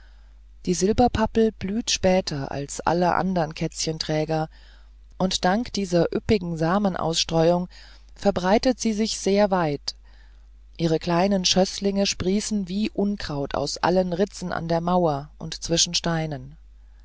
die silberpappel blüht später als alle anderen kätzchenträger und dank dieser üppigen samenausstreuung verbreitet sie sich sehr weit ihre kleinen schößlinge sprießen wie unkraut aus allen ritzen an der mauer und zwischen steinen